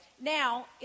Now